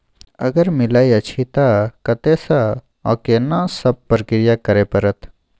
अगर मिलय अछि त कत्ते स आ केना सब प्रक्रिया करय परत?